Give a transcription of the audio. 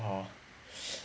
哈